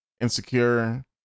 Insecure